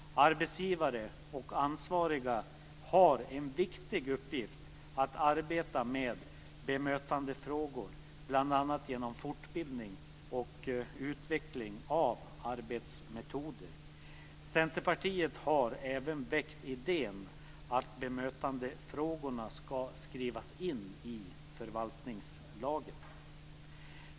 Arbetsgivare och ansvariga har som en viktig uppgift att arbeta med bemötandefrågor, bl.a. genom fortbildning och utveckling av arbetsmetoder. Centerpartiet har även väckt idén att bemötandefrågorna skall skrivas in i förvaltningslagen.